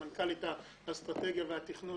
סמנכ"לית האסטרטגיה והתכנון,